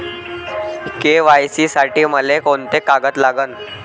KYC साठी मले कोंते कागद लागन?